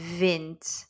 wind